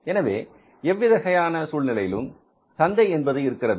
எனவே எவ்வகையான சூழலிலும் சந்தை என்பது இருக்கிறது